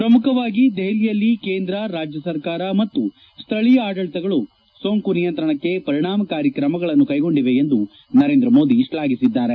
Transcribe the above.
ಪ್ರಮುಖವಾಗಿ ದೆಹಲಿಯಲ್ಲಿ ಕೇಂದ್ರ ರಾಜ್ಯ ಸರ್ಕಾರ ಮತ್ತು ಸ್ವಳೀಯ ಆಡಳಿತಗಳು ಸೋಂಕು ನಿಯಂತ್ರಣಕ್ಕೆ ಪರಿಣಾಮಕಾರಿ ಕ್ರಮಗಳನ್ನು ಕೈಗೊಂಡಿವೆ ಎಂದು ನರೇಂದ್ರ ಮೋದಿ ಶ್ವಾಘಿಸಿದ್ದಾರೆ